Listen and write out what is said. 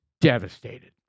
devastated